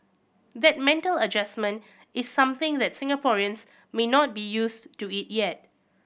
that mental adjustment is something that Singaporeans may not be used to it yet